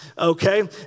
Okay